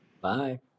Bye